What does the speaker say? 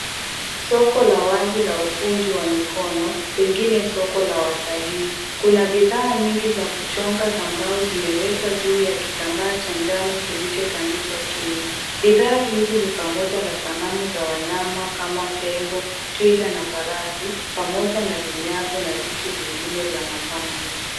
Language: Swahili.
Soko la wazi la ufundi wa mikono, pengine soko la watalii. Kuna bidhaa nyingi za kuchonga za mbao zimewekwa juu ya kitambaa Cha njano kilichotandikwa chini. Bidhaa hizi ni pamoja na sanamu za wanyama kama tembo, twiga na farasi, pamoja na vinyago na vitu vingine vya mapambo.